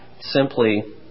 simply